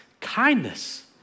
kindness